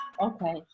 okay